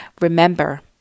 Remember